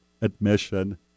admission